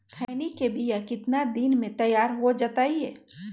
खैनी के बिया कितना दिन मे तैयार हो जताइए?